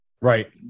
Right